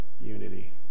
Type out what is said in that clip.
unity